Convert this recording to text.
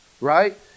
right